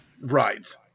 Right